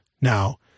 now